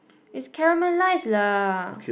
it's caramelized lah